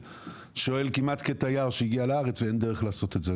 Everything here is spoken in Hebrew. שואל כמעט כתייר שהגיע לארץ ואין דרך לעשות את זה.